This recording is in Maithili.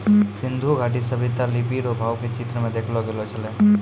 सिन्धु घाटी सभ्यता लिपी रो भाव के चित्र मे देखैलो गेलो छलै